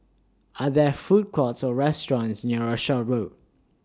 Are There Food Courts Or restaurants near Rochor Road